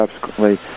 subsequently